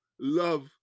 love